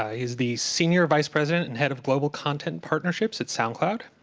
he's the senior vice president and head of global content partnerships at soundcloud.